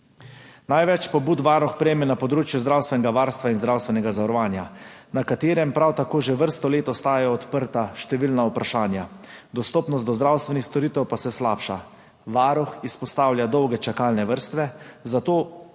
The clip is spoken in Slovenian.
Največ pobud Varuh prejme na področju zdravstvenega varstva in zdravstvenega zavarovanja, na katerem prav tako že vrsto let ostajajo odprta številna vprašanja, dostopnost do zdravstvenih storitev pa se slabša. Varuh izpostavlja dolge čakalne vrste, zato predlaga